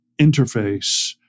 interface